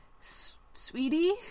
sweetie